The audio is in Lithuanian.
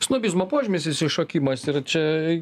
snobizmo požymis išsišokimas ir čia